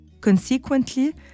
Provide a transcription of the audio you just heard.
Consequently